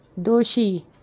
Doshi